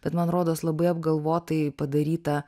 bet man rodos labai apgalvotai padaryta